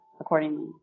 accordingly